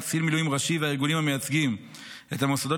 קצין מילואים ראשי והארגונים המייצגים את המוסדות